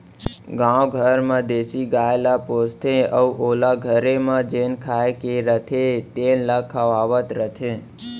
गाँव घर म देसी गाय ल पोसथें अउ ओला घरे म जेन खाए के रथे तेन ल खवावत रथें